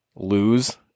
lose